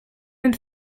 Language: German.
den